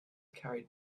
carried